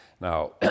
Now